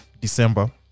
December